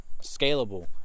scalable